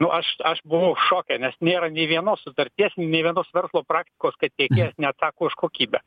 nu aš aš buvau šoke nes nėra nė vienos sutarties nė vienos verslo praktikos kad tiekėjas neatsako už kokybę